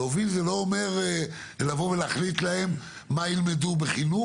להוביל זה לא אומר לבוא ולהחליט להם מה ילמדו בחינוך,